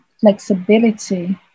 flexibility